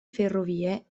ferrovie